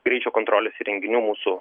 greičio kontrolės įrenginių mūsų